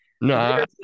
No